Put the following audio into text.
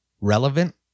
Relevant